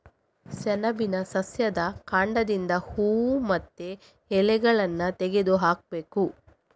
ಸೆಣಬಿನ ಸಸ್ಯದ ಕಾಂಡದಿಂದ ಹೂವು ಮತ್ತೆ ಎಲೆಗಳನ್ನ ತೆಗೆದು ಹಾಕ್ಬೇಕು